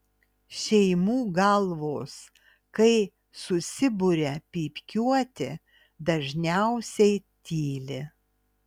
šeimų galvos kai susiburia pypkiuoti dažniausiai tyli